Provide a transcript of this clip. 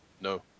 No